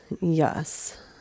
Yes